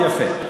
יפה.